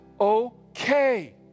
okay